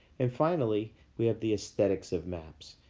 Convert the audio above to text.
and finally we have the aesthetics of maps.